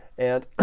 and